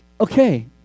Okay